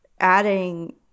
adding